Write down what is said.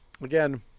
again